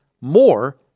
more